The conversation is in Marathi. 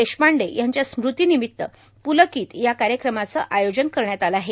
देशपांडे यांच्या स्मृती निमित्त पुलकित या कार्यक्रमाचं आयोजन करण्यात आलं आहे